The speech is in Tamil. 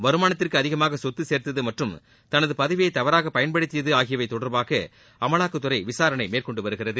வருமானத்திற்கு அதிகமாக சொத்து சேர்த்தது மற்றும் தனது பதவியை தவறாக பயன்படுத்தியது ஆகியவை தொடர்பாக அமலாக்கத்துறை விசாரணை மேற்கொண்டு வருகிறது